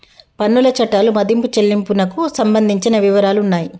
పన్నుల చట్టాలు మదింపు చెల్లింపునకు సంబంధించిన వివరాలు ఉన్నాయి